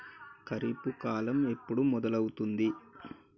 ఖరీఫ్ కాలం ఎప్పుడు మొదలవుతుంది?